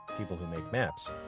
people who make maps,